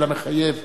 אלא מחייב.